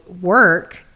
work